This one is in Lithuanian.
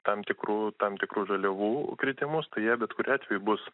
tam tikrų tam tikrų žaliavų kritimus tai jie bet kuriuo atveju bus